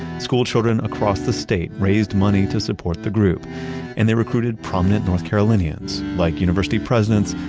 schoolchildren across the state raised money to support the group and they recruited prominent north carolinians like university presidents,